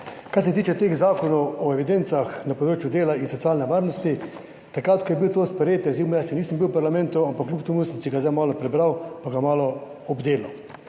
Kar se tiče teh zakonov o evidencah na področju dela in socialne varnosti, takrat ko je bil to sprejet oz. jaz še nisem bil v parlamentu, ampak kljub temu sem si ga zdaj malo prebral pa ga malo obdelal.